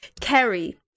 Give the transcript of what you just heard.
kerry